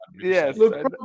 yes